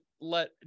let